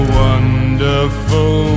wonderful